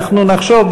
אנחנו נחשוב,